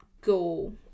go